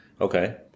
Okay